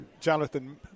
Jonathan